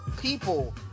people